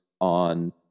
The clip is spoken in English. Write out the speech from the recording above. on